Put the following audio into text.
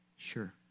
Sure